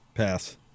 Pass